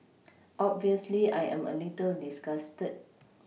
obviously I am a little disgusted